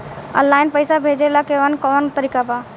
Online पइसा भेजेला कवन कवन तरीका बा?